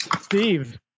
Steve